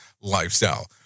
lifestyle